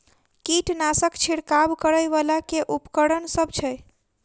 कीटनासक छिरकाब करै वला केँ उपकरण सब छै?